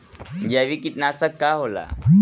जैविक कीटनाशक का होला?